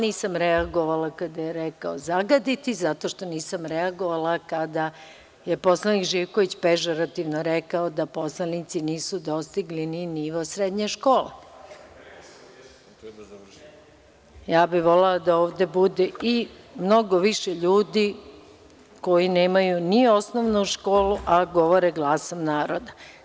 Nisam reagovala kada je rekao zagaditi, zato što nisam reagovala kada je poslanik Živković pežorativno rekao da poslanici nisu dostigli ni nivo srednje škole. (Zoran Živković, s mesta: Rekao sam da jesu.) Ja bih volela da ovde bude i mnogo više ljudi koji nemaju ni osnovnu školu, a govore glasom naroda.